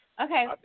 Okay